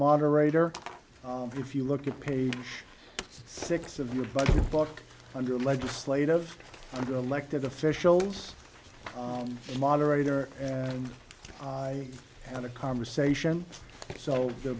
moderator if you look at page six of your budget book under legislative elected officials the moderator and i had a conversation so the